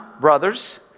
brothers